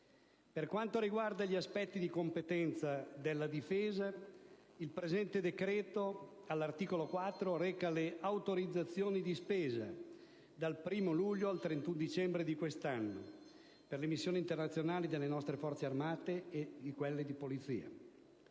Per quanto riguarda gli aspetti di competenza della Difesa, il presente decreto, all'articolo 4, reca le autorizzazioni di spesa, dal 1° luglio al 31 dicembre di questo anno, per le missioni internazionali delle nostre Forze armate e di polizia.